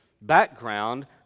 background